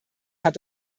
hat